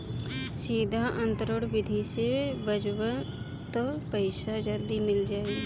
सीधा अंतरण विधि से भजबअ तअ पईसा जल्दी मिल जाला